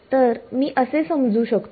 तर मी असे समजू शकतो